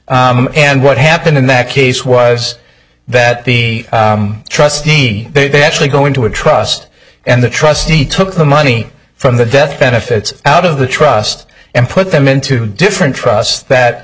and what happened in that case was that the trustee they actually go into a trust and the trustee took the money from the death benefits out of the trust and put them into different trusts that